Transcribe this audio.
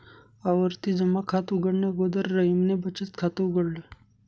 आवर्ती जमा खात उघडणे अगोदर रहीमने बचत खात उघडल